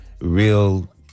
real